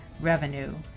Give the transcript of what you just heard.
revenue